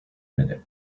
minute